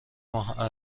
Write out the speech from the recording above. ماه